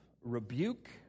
rebuke